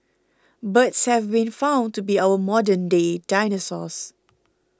birds have been found to be our modern day dinosaurs